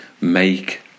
make